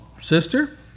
sister